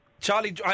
Charlie